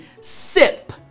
sip